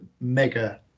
mega